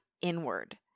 inward